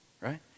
right